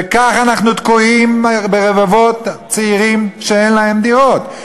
וכך אנחנו תקועים, רבבות צעירים שאין להם דירות.